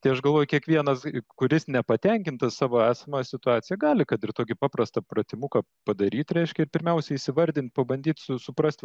tai aš galvoju kiekvienas kuris nepatenkintas savo esama situacija gali kad ir tokį paprastą pratimuką padaryt reiškia pirmiausia įsivardyt pabandyt suprast